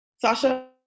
Sasha